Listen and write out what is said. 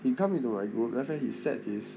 he come into my group after that he set his